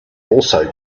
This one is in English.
also